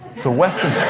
so weston